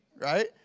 right